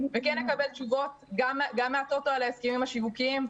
אני מקווה שנקבל תשובות מהטוטו לגבי ההסכמים השיווקיים,